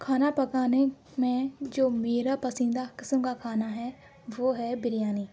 کھانا پکانے میں جو میرا پسندیدہ قسم کا کھانا ہے وہ ہے بریانی